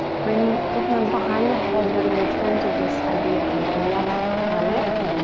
bring the hands behind the head. we're going to return to this idea of and the neck hammock.